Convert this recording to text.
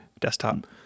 desktop